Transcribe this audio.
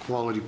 quality